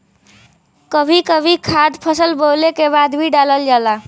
कभी कभी खाद फसल बोवले के बाद भी डालल जाला